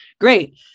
Great